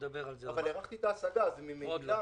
אבל הארכתי את ההשגה, אז ממילא